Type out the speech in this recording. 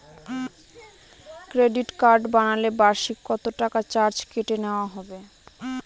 Credit card বানালে বার্ষিক কত টাকা চার্জ কেটে নেওয়া হবে?